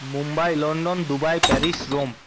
Mumbai London Dubai Paris Rome